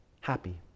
Happy